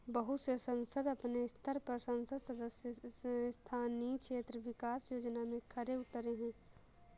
बहुत से संसद अपने स्तर पर संसद सदस्य स्थानीय क्षेत्र विकास योजना में खरे उतरे हैं